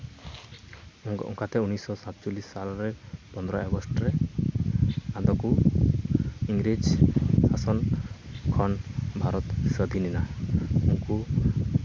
ᱚᱱᱠᱟ ᱚᱱᱠᱟ ᱛᱮ ᱩᱱᱤᱥ ᱥᱚ ᱥᱟᱛᱪᱚᱞᱞᱤᱥ ᱥᱟᱞ ᱨᱮ ᱯᱚᱸᱫᱽᱨᱚᱭ ᱟᱜᱚᱥᱴ ᱨᱮ ᱟᱫᱚ ᱠᱚ ᱤᱝᱨᱮᱹᱡᱽ ᱥᱟᱥᱚᱱ ᱠᱷᱚᱱ ᱵᱷᱟᱨᱚᱛ ᱥᱟᱫᱷᱤᱱᱮᱱᱟ ᱩᱱᱠᱩ